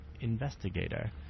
investigator